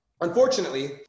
unfortunately